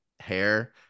Hair